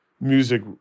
music